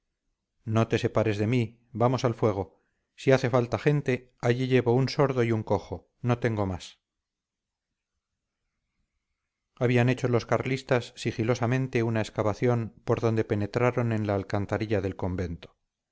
no te separes de mí vamos al fuego si hace falta gente aquí llevo un sordo y un cojo no tengo más habían hecho los carlistas sigilosamente una excavación por donde penetraron en la alcantarilla del convento